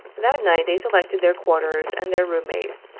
that night they selected their quarters and their room mates,